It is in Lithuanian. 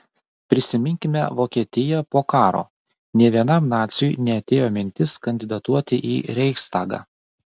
prisiminkime vokietiją po karo nė vienam naciui neatėjo mintis kandidatuoti į reichstagą